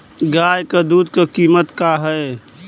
गाय क दूध क कीमत का हैं?